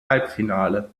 halbfinale